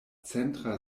centra